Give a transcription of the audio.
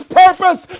purpose